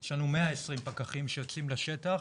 יש לנו כ-120 שיוצאים לשטח